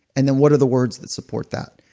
and then what are the words that support that?